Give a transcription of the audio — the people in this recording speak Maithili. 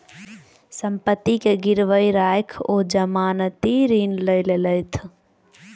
सम्पत्ति के गिरवी राइख ओ जमानती ऋण लय लेलैथ